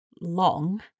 long